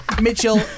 Mitchell